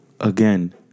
again